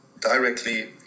directly